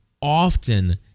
often